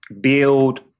build